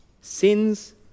Sins